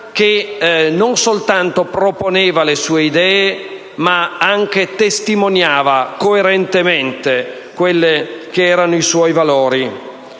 che non soltanto proponeva le sue idee, ma che anche testimoniava coerentemente i suoi valori.